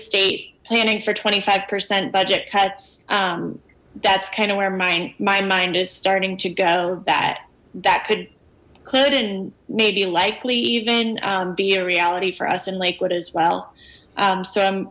state planning for twenty five percent budget cuts that's kind of where mine my mind is starting to go that that could could and maybe likely even be a reality for us in lakewood as well so i'm